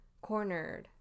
cornered